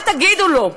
מה תגידו לו?